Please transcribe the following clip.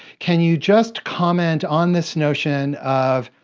can you just comment on this notion of,